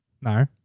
No